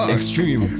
extreme